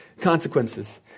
consequences